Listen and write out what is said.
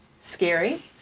scary